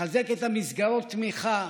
לחזק את מסגרות התמיכה,